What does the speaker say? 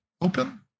open